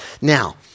Now